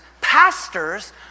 pastors